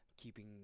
keeping